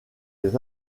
les